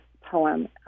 poem